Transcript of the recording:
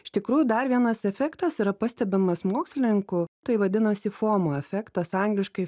iš tikrųjų dar vienas efektas yra pastebimas mokslininkų tai vadinasi fomo efektas angliškai